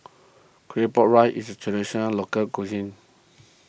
Claypot Rice is a Traditional Local Cuisine